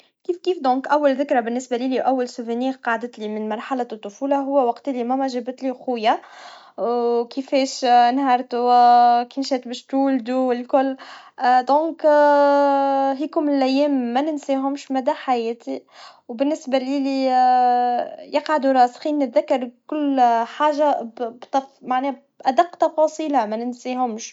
كيف كيف دونك, أول ذكرى بالنسبا لي لي, أول هدية قعدتلي من مرحلة الطفولا, هوا وقت اللي ماما جابتلي اخويا, وكيفاش انهرت, و كان شاك باش طول والكل, لذلك, هيكم الأيام ما ننساهمش مدى حياتي, وبالنسبا لي لي, يقع من المشاهد, تذكر حاجا بتف- معناها بأدق تفاصيلها مننساهمش.